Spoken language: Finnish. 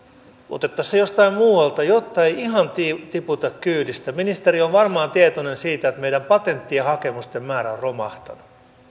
otettaisiin se jostain muualta jotta ei ihan tiputa kyydistä ministeri on varmaan tietoinen siitä että meillä patenttien hakemusten määrä on romahtanut